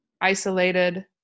isolated